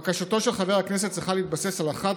בקשתו של חבר הכנסת צריכה להתבסס על אחת